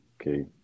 okay